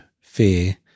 fear